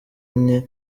nke